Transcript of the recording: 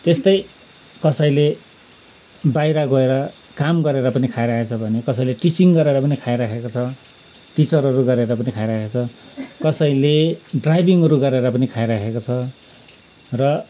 त्यस्तै कसैले बाहिर गएर काम गरेर पनि खाइरहेको छ भने कसैले टिचिङ गरेर पनि खाइरहेको छ टिचरहरू गरेर पनि खाइरहेको छ कसैले ड्राइभिङहरू गरेर पनि खाइरहेको छ र